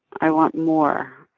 i want more.